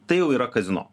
tai jau yra kazino